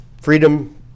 Freedom